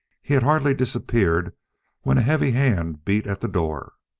he had hardly disappeared when a heavy hand beat at the door.